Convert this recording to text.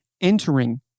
entering